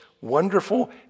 wonderful